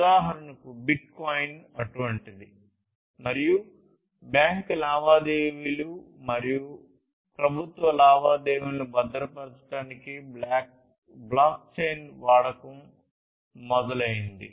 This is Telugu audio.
ఉదాహరణకు బిట్కాయిన్ అటువంటిది మరియు బ్యాంక్ లావాదేవీలు మరియు ప్రభుత్వ లావాదేవీలను భద్రపరచడానికి బ్లాక్ చైన్ వాడకం మరియు మొదలైనవి